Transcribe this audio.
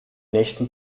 nächsten